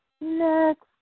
next